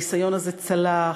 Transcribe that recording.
הניסיון הזה צלח,